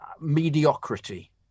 mediocrity